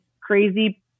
crazy